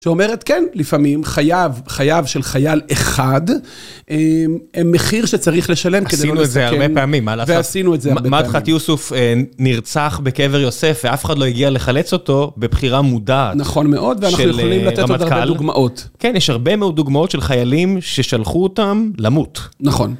שאומרת כן, לפעמים חייו, חייו של חייל אחד הם מחיר שצריך לשלם כדי לא לסכן. עשינו את זה הרבה פעמים, ועשינו את זה הרבה פעמים. מדחת יוסוף נרצח בקבר יוסף ואף אחד לא הגיע לחלץ אותו בבחירה מודעת. נכון מאוד, של רמטכ"ל ואנחנו יכולים לתת עוד הרבה דוגמאות. כן, יש הרבה מאוד דוגמאות של חיילים ששלחו אותם למות. נכון.